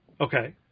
Okay